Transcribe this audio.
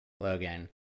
Logan